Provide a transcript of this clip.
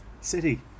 City